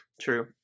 True